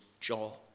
job